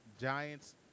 Giants